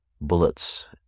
bullets